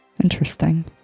Interesting